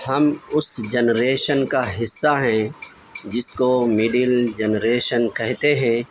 ہم اس جنریشن کا حصہ ہیں جس کو مڈل جنریشن کہتے ہیں